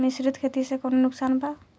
मिश्रित खेती से कौनो नुकसान वा?